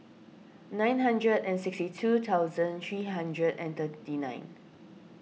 nine hundred and sixty two thousand three hundred and thirty nine